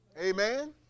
Amen